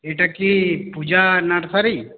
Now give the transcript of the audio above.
এটা কি পূজা নার্সারি